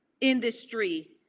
industry